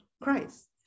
Christ